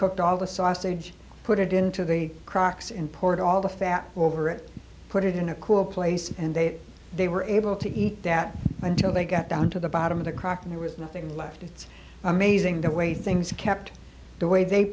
cooked all the sausage put it into the crocs and poured all the fat over it put it in a cool place and they they were able to eat that until they got down to the bottom of the crack and there was nothing left it's amazing the way things are kept the way they